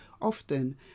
often